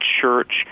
church